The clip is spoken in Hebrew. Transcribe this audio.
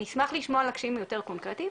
אני אשמח לשמוע על הקשיים היותר קונקרטיים,